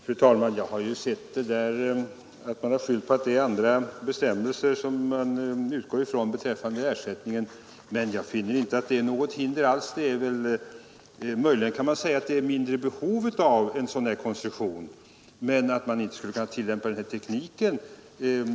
Fru talman! Jag har ju sett att man har skyllt på att det är andra bestämmelser man utgår ifrån beträffande ersättningen än vad grustäktskommittén gjorde. Men jag finner inte att det är något hinder alls. Möjligen kan man säga att det nu blir något mindre behov av en sådan konstruktion, men varför skall man inte kunna tillämpa den där tekniken?